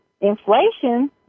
inflation